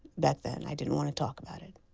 back then, i didn't want to talk about it.